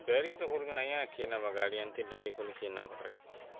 ଡେରି ତ କରୁଚନ୍ ଆଜ୍ଞା କିଏ ନେବା ଗାଡ଼ି ଏନ୍ତି ଡରି କଲେ କିଏ ନେବା ଗାଡ଼ି